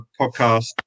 podcast